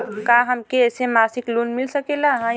का हमके ऐसे मासिक लोन मिल सकेला?